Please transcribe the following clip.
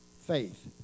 faith